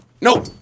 Nope